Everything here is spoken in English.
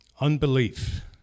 Unbelief